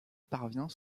parvient